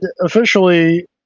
officially